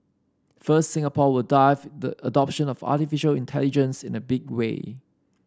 first Singapore will dive the adoption of artificial intelligence in a big way